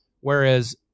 whereas